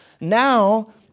now